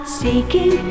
seeking